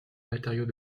matériaux